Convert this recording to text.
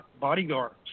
bodyguards